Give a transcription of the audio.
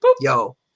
yo